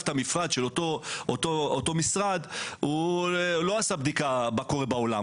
את המפרט של אותו משרד לא עשה בדיקה מה קורה בעולם,